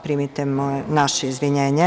Primite naše izvinjenje.